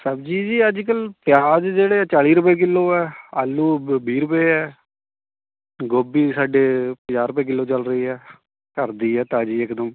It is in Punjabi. ਸਬਜ਼ੀ ਜੀ ਅੱਜ ਕੱਲ੍ਹ ਪਿਆਜ ਜਿਹੜੇ ਹੈ ਚਾਲ਼ੀ ਰੁਪਏ ਕਿਲੋ ਹੈ ਆਲੂ ਵੀਹ ਰੁਪਏ ਹੈ ਗੋਭੀ ਸਾਡੇ ਪੰਜਾਹ ਰੁਪਏ ਕਿਲੋ ਚੱਲ ਰਹੀਂ ਹੈ ਘਰ ਦੀ ਹੈ ਤਾਜ਼ੀ ਹੈ ਇੱਕਦਮ